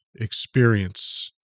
experience